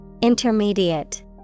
Intermediate